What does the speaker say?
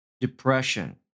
depression